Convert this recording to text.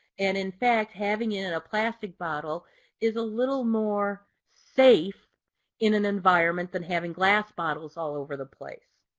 and in fact having it in a plastic bottle is a little more safe in an environment than having glass bottles all over the place.